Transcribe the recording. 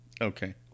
Okay